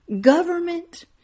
government